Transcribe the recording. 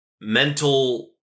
mental